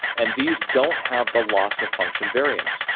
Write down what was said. and these don't have the loss of function variance,